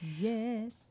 Yes